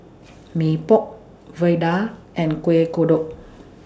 Mee Pok Vadai and Kuih Kodok